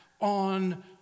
on